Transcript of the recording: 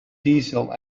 diesel